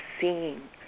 seeing